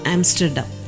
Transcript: Amsterdam